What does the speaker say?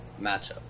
matchup